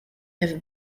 have